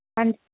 ਹਾਂਜੀ